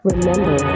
Remember